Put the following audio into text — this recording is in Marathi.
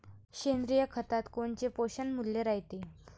सेंद्रिय खतात कोनचे पोषनमूल्य रायते?